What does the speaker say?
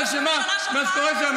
אני שתקתי כשדיברת, אולי תשתקי קצת?